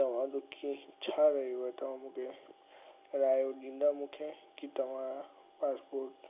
तव्हां जो कीअं छा रायो आहे तव्हां मूंखे रायो ॾींदा मूंखे की तव्हां पासपोर्ट